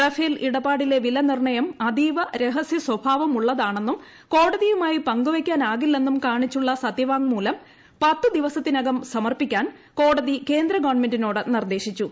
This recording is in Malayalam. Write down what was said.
റഫേൽ ഇടപാടിലെ വിലനിർണ്ണയം അതീവ രഹസ്യ സ്വഭാവമുള്ളതാണെന്നും കോടതിയുമായി പങ്കുവെയ്ക്കാനാകില്ലെന്നും കാണിച്ചുള്ള സത്യവാങ്മൂലം പത്ത് ദിവസത്തിനകം സമർപ്പിക്കാൻ കോടതി കേന്ദ്രഗവൺമെന്റിനോട് നിർദ്ദേശിച്ചു